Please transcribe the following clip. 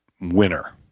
winner